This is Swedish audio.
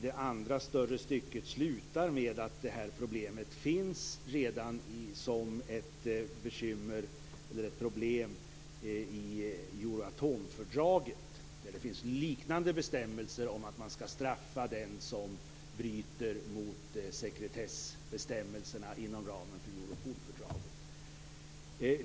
Det andra stycket avslutas med att frågan redan finns med som ett problem i Euroatomfördraget, där man har liknande bestämmelser om att den som bryter mot sekretssbestämmelserna inom ramen för Europolfördraget skall straffas.